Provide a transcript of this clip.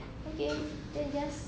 okay then just